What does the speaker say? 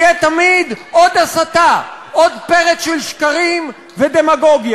יהיו תמיד עוד הסתה, עוד פרץ של שקרים ודמגוגיה.